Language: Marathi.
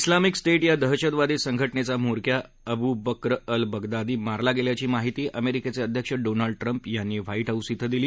स्लामिक स्टेट या दहशतवादी संघटनेचा म्होरक्या अबु बक्र अल बगदादी मारला गेल्याची माहिती अमेरिकेचे अध्यक्ष डोनाल्ड ट्रम्प यांनी आज व्हाईट हाऊस शें दिली